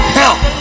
help